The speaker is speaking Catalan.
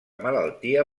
malaltia